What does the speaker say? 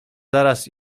zaraz